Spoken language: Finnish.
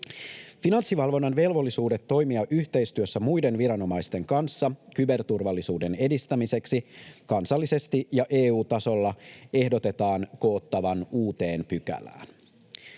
Finanssivalvonnan velvollisuudet toimia yhteistyössä muiden viranomaisten kanssa kyberturvallisuuden edistämiseksi kansallisesti ja EU-tasolla ehdotetaan koottavan uuteen pykälään.